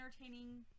entertaining